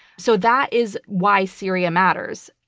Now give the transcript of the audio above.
so that is why syria matters,